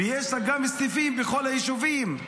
יש לה גם סניפים בכל היישובים.